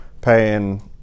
paying